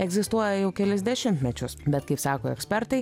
egzistuoja jau kelis dešimtmečius bet kaip sako ekspertai